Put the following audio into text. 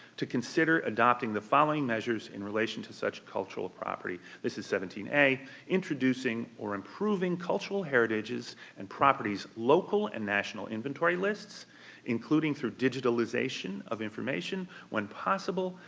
to consider adopting the following measures in relation to such cultural property. this is seventeen a introducing or improving cultural heritage's and properties' local and national inventory lists including, through digitalization of information when possible,